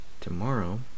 tomorrow